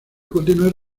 continuar